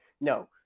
No